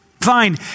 Fine